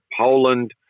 Poland